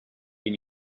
been